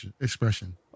expression